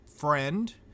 friend